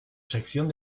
sección